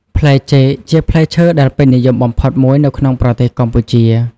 ផ្លែចេក ជាផ្លែឈើដែលពេញនិយមបំផុតមួយនៅក្នុងប្រទេសកម្ពុជា។